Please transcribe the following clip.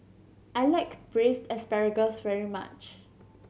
I like Braised Asparagus very much